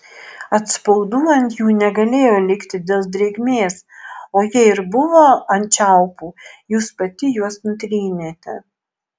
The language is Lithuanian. atspaudų ant jų negalėjo likti dėl drėgmės o jei ir buvo ant čiaupų jūs pati juos nutrynėte